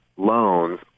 loans